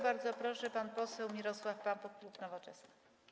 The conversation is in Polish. Bardzo proszę, pan poseł Mirosław Pampuch, klub Nowoczesna.